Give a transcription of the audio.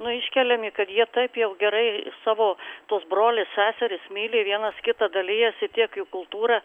nu iškeliami kad jie taip jau gerai savo tuos brolis seseris myli vienas kitą dalijasi tiek jų kultūra